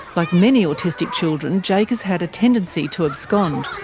like many autistic children, jake has had a tendency to abscond.